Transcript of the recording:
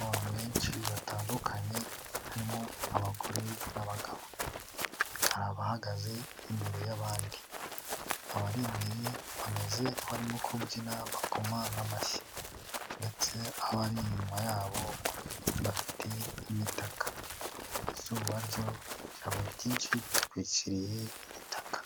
Abantu benshi batandukanye, harimo abagore n'abagabo. Hari abahagaze imbere y'abandi. Abari imbere bameze nkabarimo kubyina bakoma n'amashyi. Ndetse abari inyuma yabo bafite imitaka . Izuba ryo ryabaye ryinshi bitwikiriye imitaka.